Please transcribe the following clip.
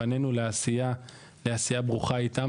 פנינו לעשייה, לעשייה ברוכה איתם.